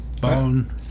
Bone